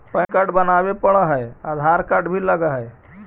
Pan card बनावे पडय है आधार कार्ड भी लगहै?